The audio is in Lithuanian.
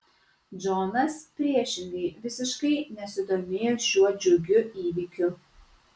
džonas priešingai visiškai nesidomėjo šiuo džiugiu įvykiu